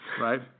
Right